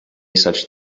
such